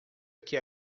aqui